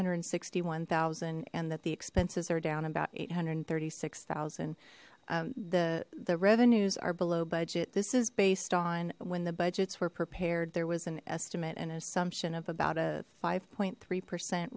hundred and sixty one thousand and that the expenses are down about eight hundred and thirty six thousand the the revenues are below budget this is based on when the budgets were prepared there was an estimate and assumption of about a five point three percent